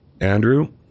Andrew